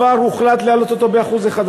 כבר הוחלט להעלות אותו ב-1%,